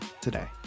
today